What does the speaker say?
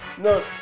No